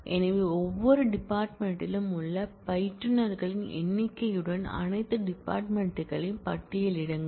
எனவே ஒவ்வொரு டிபார்ட்மென்ட் யிலும் உள்ள பயிற்றுநர்களின் எண்ணிக்கையுடன் அனைத்து டிபார்ட்மென்ட் களையும் பட்டியலிடுங்கள்